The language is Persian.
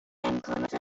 امکانات